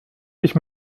ich